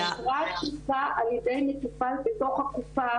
היא עברה תקיפה על-ידי מטופל בתוך הקופה.